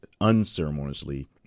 unceremoniously